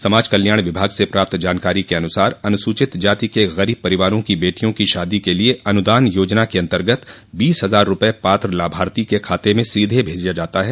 समाज कल्याण विभाग स प्राप्त जानकारी के अनुसार अनुसूचित जाति के गरीब परिवार की बेटियों की शादी के लिये अनुदान योजना के अन्तर्गत बीस हजार रूपये पात्र लाभार्थी के खाते में सीधे भेजा जाता है